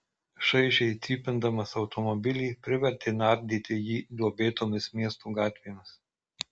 šaižiai cypindamas automobilį privertė nardyti jį duobėtomis miesto gatvėmis